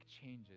changes